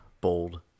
bold